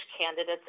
candidates